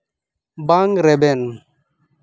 ᱵᱟᱝ ᱨᱮᱵᱮᱱ